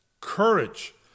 courage